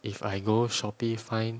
if I go Shopee find